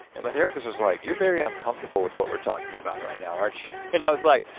and my therapist was like, you're very uncomfortable with what we're talking about right now, aren't you? and i was like,